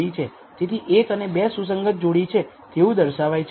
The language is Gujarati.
તેથી 1 અને 2 સુસંગત જોડી છે તેવું દર્શાવાય છે